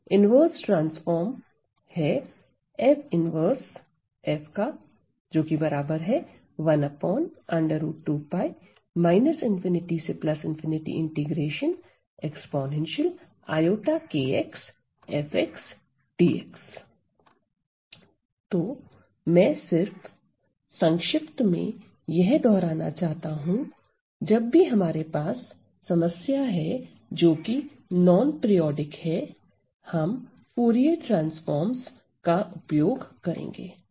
inverse transform है तो मैं सिर्फ संक्षिप्त में यह दोहराना चाहता हूं जब भी हमारे पास समस्या है जो कि नोन पीरिऑडिक है हम फूरिये ट्रांसफॉर्मस का उपयोग करेंगे